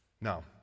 Now